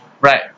Right